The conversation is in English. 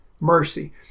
mercy